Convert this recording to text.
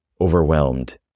overwhelmed